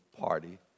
party